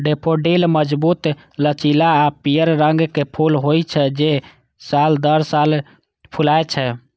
daffodil मजबूत, लचीला आ पीयर रंग के फूल होइ छै, जे साल दर साल फुलाय छै